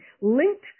linked